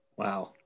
Wow